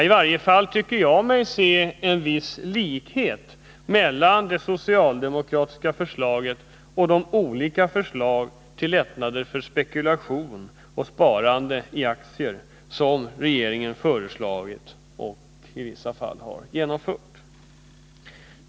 I varje fall tycker jag mig se en viss likhet mellan det socialdemokratiska förslaget och de olika förslag till lättnader för spekulation och sparande i aktier som regeringen föreslagit och i vissa fall genomfört.